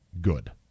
good